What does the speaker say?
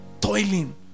toiling